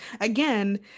Again